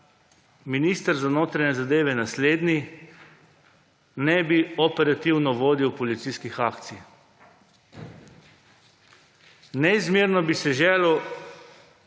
minister za notranje zadeve, naslednji, ne bi operativno vodil policijskih akcij. Neizmerno bi si želel,